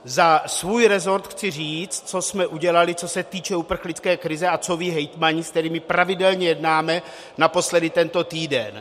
Za svůj rezort chci říct, co jsme udělali, co se týče uprchlické krize a co vědí hejtmani, s kterými pravidelně jednáme, naposledy tento týden.